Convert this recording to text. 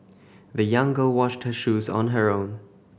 the young girl washed her shoes on her own